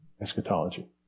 eschatology